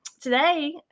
today